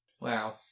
Wow